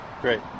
great